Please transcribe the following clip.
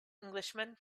englishman